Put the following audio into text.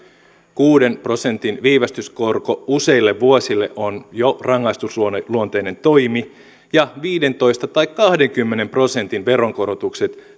kuuden prosentin viivästyskorko useille vuosille on jo rangaistusluonteinen toimi ja viisitoista tai kahdenkymmenen prosentin veronkorotukset